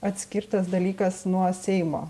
atskirtas dalykas nuo seimo